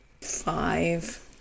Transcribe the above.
five